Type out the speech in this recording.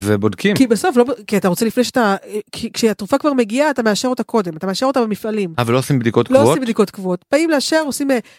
ובודקים. - כי בסוף לא... כי אתה רוצה לפני שאתה... כי כשהתרופה כבר מגיעה אתה מאשר אותה קודם. אתה מאשר אותה במפעלים. - אבל לא עושים בדיקות קבועות? - לא עושים בדיקות קבועות. באים לאשר, עושים...